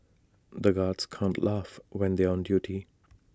the guards can't laugh when they are on duty